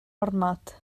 ormod